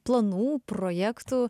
planų projektų